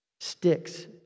sticks